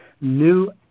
New